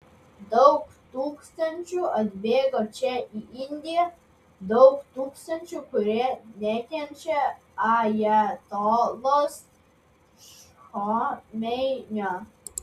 daug tūkstančių atbėgo čia į indiją daug tūkstančių kurie nekenčia ajatolos chomeinio